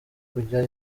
kujya